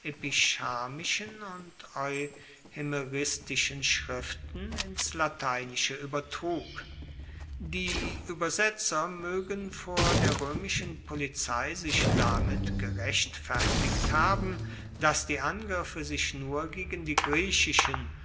und euhemeristischen schriften ins lateinische uebertrug die uebersetzer moegen vor der roemischen polizei sich damit gerechtfertigt haben dass die angriffe sich nur gegen die griechischen